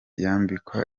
yambikwa